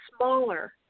smaller